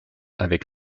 avec